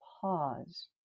pause